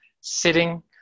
sitting